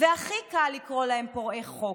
והכי קל לקרוא להם פורעי חוק.